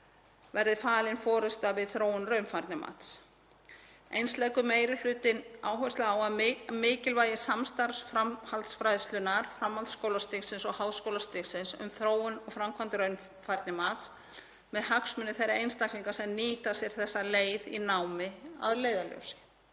verði falin forysta við þróun raunfærnimats. Eins leggur meiri hlutinn áherslu á mikilvægi samstarfs framhaldsfræðslunnar, framhaldsskólastigsins og háskólastigsins um þróun og framkvæmd raunfærnimats með hagsmuni þeirra einstaklinga sem nýta sér þessa leið í námi að leiðarljósi.